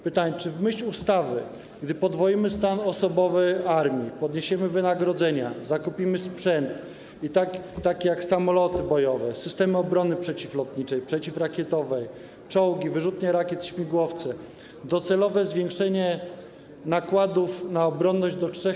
Pytanie: Czy w myśl ustawy, gdy podwoimy stan osobowy armii, podniesiemy wynagrodzenia, zakupimy sprzęt, taki jak samoloty bojowe, systemy obrony przeciwlotniczej, przeciwrakietowej, czołgi, wyrzutnie rakiet, śmigłowce, docelowe zwiększenie nakładów na obronność do 3%